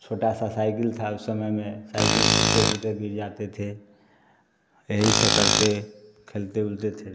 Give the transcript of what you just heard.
छोटा सा साइकिल था उस समय में साइकिल सीखते थे तो गिर जाते थे यही सा करते खेलते ऊलते थे